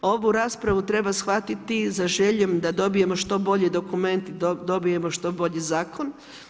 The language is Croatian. Ovu raspravu treba shvatiti za željom da dobijemo što bolji dokument i dobijemo što bolji zakon.